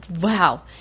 Wow